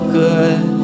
good